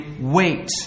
wait